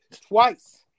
twice